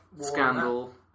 scandal